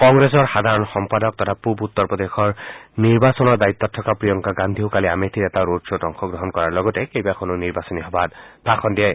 কংগ্ৰেছৰ সাধাৰণ সম্পাদক তথা পূব উত্তৰ প্ৰদেশৰ নিৰ্বাচনৰ দায়িত্বত থকা প্ৰিয়ংকা গান্ধীয়েও কালি আমেথিৰ এটা ৰোড খত অংশগ্ৰহণ কৰাৰ লগতে কেইবাখনো নিৰ্বাচনী সভাত ভাষণ দিয়ে